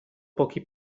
pochi